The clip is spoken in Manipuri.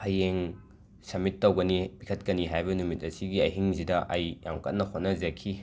ꯍꯌꯦꯡ ꯁꯃꯤꯠ ꯇꯧꯒꯅꯤ ꯄꯤꯈꯠꯀꯅꯤ ꯍꯥꯏꯕ ꯅꯨꯃꯤꯠ ꯑꯁꯤꯒꯤ ꯑꯍꯤꯡꯖꯤꯗ ꯑꯩ ꯌꯥꯝ ꯀꯟꯅ ꯍꯣꯠꯅꯖꯈꯤ